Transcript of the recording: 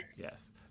Yes